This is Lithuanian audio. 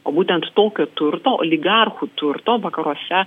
o būtent tokio turto oligarchų turto vakaruose